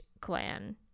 clan